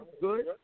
Good